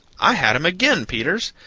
i had him again, peters!